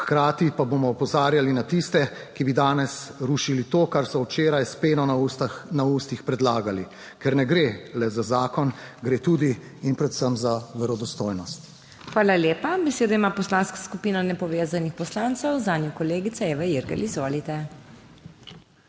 Hkrati pa bomo opozarjali na tiste, ki bi danes rušili to, kar so včeraj s peno na ustih predlagali. Ker ne gre le za zakon, gre tudi in predvsem za verodostojnost. PODPREDSEDNICA MAG. MEIRA HOT: Hvala lepa. Besedo ima Poslanska skupina Nepovezanih poslancev, zanjo kolegica Eva Irgl. Izvolite.